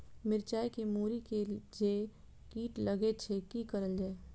मिरचाय के मुरी के जे कीट कटे छे की करल जाय?